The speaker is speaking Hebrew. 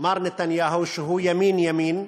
מר נתניהו, שהוא ימין-ימין,